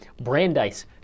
Brandeis